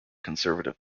conservative